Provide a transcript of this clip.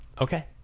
Okay